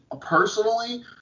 personally